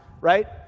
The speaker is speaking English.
right